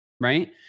right